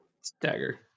Stagger